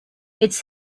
its